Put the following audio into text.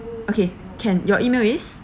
okay can your email is